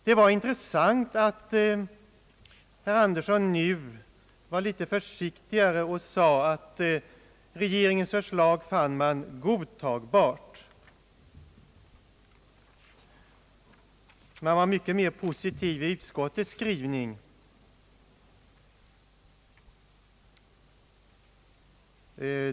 Det var för övrigt intressant att höra att herr Andersson nu var litet försiktigare än utskottet. Han sade att han fann regeringens förslag »godtagbart». Man var mycket mer positiv i utskottets skrivning.